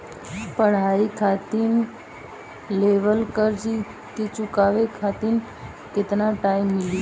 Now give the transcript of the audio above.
पढ़ाई खातिर लेवल कर्जा के चुकावे खातिर केतना टाइम मिली?